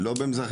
לא במזרח